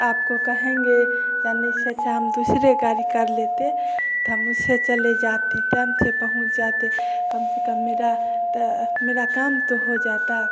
आपको कहेंगे जाने से अच्छा हम दूसरे गाड़ी कर लेते तो हम उससे चले जाते टाइम से पहुँच जाते कम से कम मेरा मेरा काम तो हो जाता